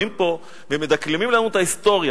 באים פה ומדקלמים לנו את ההיסטוריה.